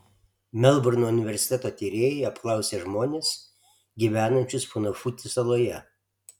melburno universiteto tyrėjai apklausė žmones gyvenančius funafuti saloje